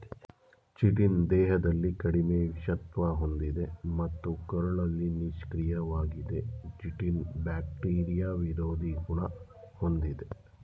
chitin ದೇಹದಲ್ಲಿ ಕಡಿಮೆ ವಿಷತ್ವ ಹೊಂದಿದೆ ಮತ್ತು ಕರುಳಲ್ಲಿ ನಿಷ್ಕ್ರಿಯವಾಗಿದೆ ಚಿಟಿನ್ ಬ್ಯಾಕ್ಟೀರಿಯಾ ವಿರೋಧಿ ಗುಣ ಹೊಂದಿದೆ